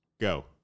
Go